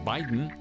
Biden